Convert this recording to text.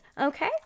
Okay